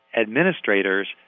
administrators